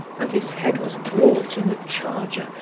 and his head was brought in a charger,